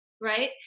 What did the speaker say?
right